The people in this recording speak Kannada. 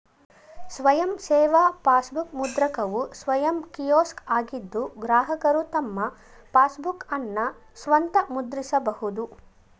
ಸ್ವಯಂ ಸೇವಾ ಪಾಸ್ಬುಕ್ ಮುದ್ರಕವು ಸ್ವಯಂ ಕಿಯೋಸ್ಕ್ ಆಗಿದ್ದು ಗ್ರಾಹಕರು ತಮ್ಮ ಪಾಸ್ಬುಕ್ಅನ್ನ ಸ್ವಂತ ಮುದ್ರಿಸಬಹುದು